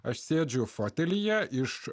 aš sėdžiu fotelyje iš